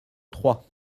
trois